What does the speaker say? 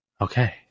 okay